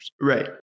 Right